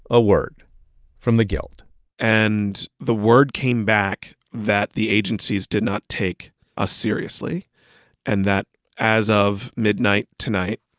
a word from the guild and the word came back that the agencies did not take us seriously and that as of midnight tonight,